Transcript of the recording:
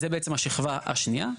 זה בעצם השכבה השנייה.